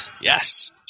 Yes